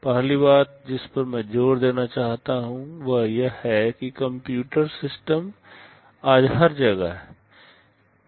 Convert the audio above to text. पहली बात जिस पर मैं जोर देना चाहता हूं वह यह है कि कंप्यूटर सिस्टम आज हर जगह हैं